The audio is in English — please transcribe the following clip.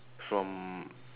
from